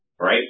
right